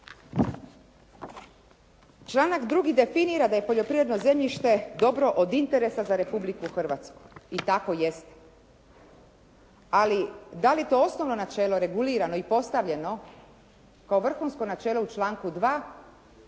Članak 2. definira da je poljoprivredno zemljište dobro od interesa za Republiku Hrvatsku i tako jeste, ali da li je to osnovno načelo regulirano i postavljeno kao vrhunsko načelo u članku 2.